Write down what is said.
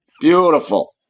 Beautiful